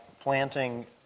planting